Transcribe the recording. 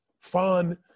fun